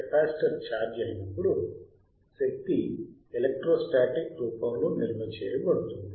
capacitor charge అయినప్పుడు శక్తి electrostatic శక్తి రూపంలో నిల్వ చేయబడుతుంది